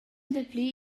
dapli